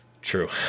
true